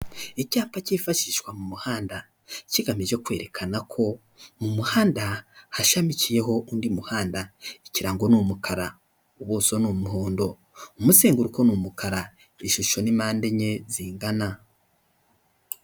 Icyapa cyifashishwa mu muhanda, kigamije kwerekana ko mu muhanda hashamikiyeho undi muhanda, ikirango n'umukara, ubuso n'umuhondo, umuzenguruko ni uumukara, ishusho ni mpande enye zingana.